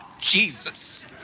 Jesus